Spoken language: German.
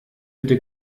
bitte